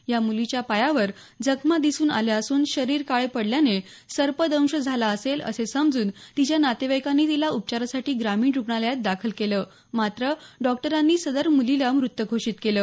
या मुलीच्या पायावर जखमा दिसल्या असून शरीर काळे पडल्यानं सर्पदेश झाला असेल असे समजून तिच्या नातेवाईकांनी तिला उपचारासाठी ग्रामीण रुग्णालयात दाखल केलं मात्र डॉक्टरांनी सदर मुलीला मृत घोषित केले